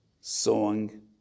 Song